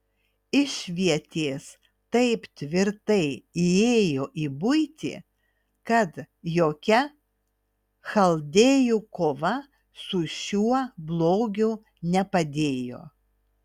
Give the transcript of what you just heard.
išvietės taip tvirtai įėjo į buitį kad jokia chaldėjų kova su šiuo blogiu nepadėjo